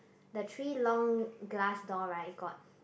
the three long glass door right got